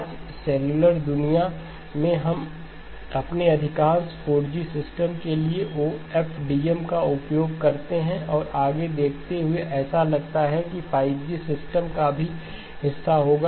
आज सेलुलर दुनिया में हम अपने अधिकांश 4G सिस्टम के लिए OFDM का उपयोग करते हैं और आगे देखते हुए ऐसा लगता है कि यह 5G सिस्टम का भी हिस्सा होगा